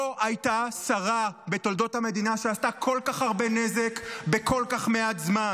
לא הייתה שרה בתולדות המדינה שעשתה כל כך הרבה נזק בכל כך מעט זמן.